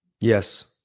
Yes